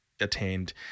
attained